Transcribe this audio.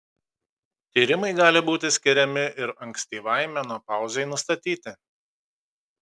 tyrimai gali būti skiriami ir ankstyvai menopauzei nustatyti